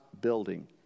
building